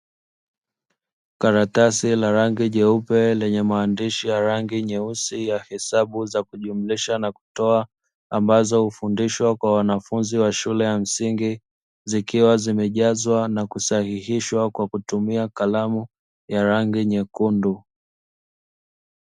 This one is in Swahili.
Karatasi la rangi nyeupe lenye maandishi ya rangi nyeusi ya hesabu za kujumlisha na kutoa, ambazo hufundishwa kwa wanafunzi wa shule ya msingi zikiwa zimejazwa na kusahihishwa kwa kutumia kalamu ya rangi nyekundu.